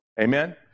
Amen